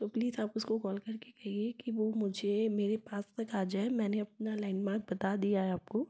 तो प्लीज़ आप उसको कॉल करके कहिए कि वह मुझे मेरे पास तक आ जाए मैंने अपना लैंडमार्क बता दिया है आपको